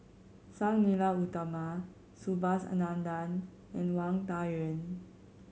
Sang Nila Utama Subhas Anandan and Wang Dayuan